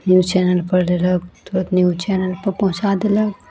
news चैनलपर देलक तुरत न्यूज चैनलपर पहुँचा देलक